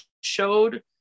showed